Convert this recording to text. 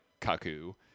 Kaku